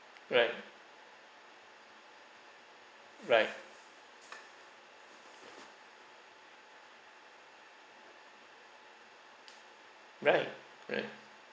right right right right